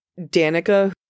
Danica